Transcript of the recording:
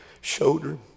shoulder